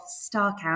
StarCount